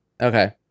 Okay